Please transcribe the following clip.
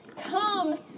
come